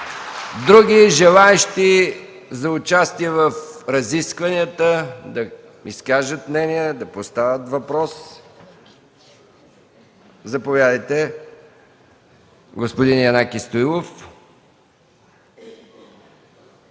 Други желаещи за участие в разискванията, да изкажат мнение, да поставят въпрос? Заповядайте, уважаеми господин Янаки Стоилов.